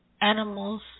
animals